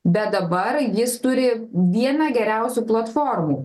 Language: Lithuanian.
bet dabar jis turi vieną geriausių platformų